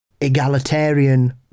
egalitarian